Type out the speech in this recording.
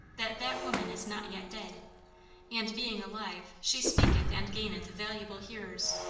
that that woman is not yet dead and being alive, she speaketh and gaineth valuable hearers.